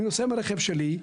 אני נוסע עם הרכב שלי,